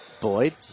Boyd